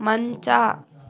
ಮಂಚ